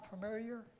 familiar